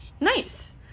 Nice